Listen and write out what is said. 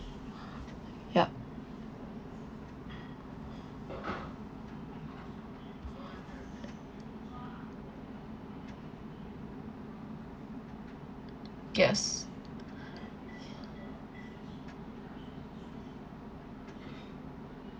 yup yes